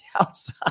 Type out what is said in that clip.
outside